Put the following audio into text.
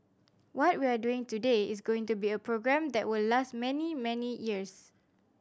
what we're doing today is going to be a program that will last many many years